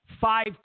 five